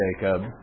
Jacob